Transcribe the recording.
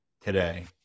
today